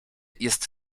jest